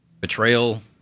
betrayal